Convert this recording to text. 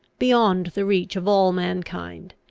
beyond the reach of all mankind.